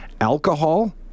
alcohol